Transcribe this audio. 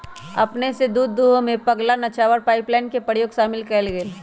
अपने स दूध दूहेमें पगला नवाचार पाइपलाइन के प्रयोग शामिल कएल गेल